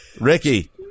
Ricky